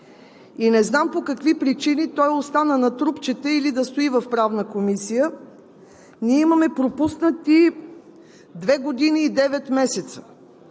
И не знам по какви причини той остана на трупчета, да стои в Правната комисия. Имаме пропуснати две години и девет месеца.